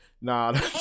nah